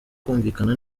kumvikana